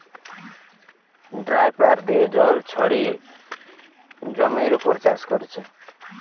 dripper দিয়ে জল ছড়িয়ে জমির উপর চাষ কোরছে